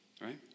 right